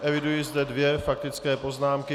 Eviduji zde dvě faktické poznámky.